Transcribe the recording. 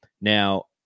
now